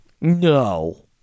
No